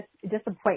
disappointment